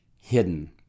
hidden